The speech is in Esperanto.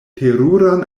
teruran